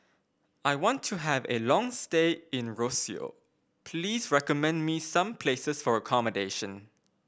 I want to have a long stay in Roseau please recommend me some places for accommodation